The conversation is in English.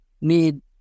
need